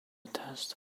test